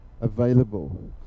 available